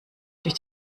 durch